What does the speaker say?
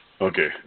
Okay